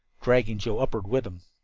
dragging joe upward with him.